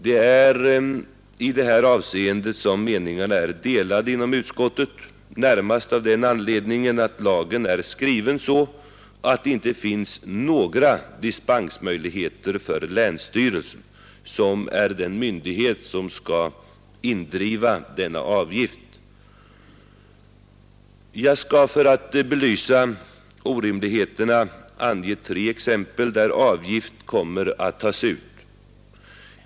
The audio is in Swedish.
Det är i det här avseendet som meningarna är delade inom utskottet, närmast av den anledningen att lagen är skriven så att det inte finns några dispensmöjligheter för länsstyrelsen, som är den myndighet som skall indriva denna avgift. Jag skall för att belysa orimligheterna ange tre exempel där avgift kommer att tas ut.